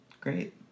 Great